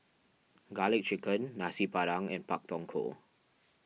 Garlic Chicken Nasi Padang and Pak Thong Ko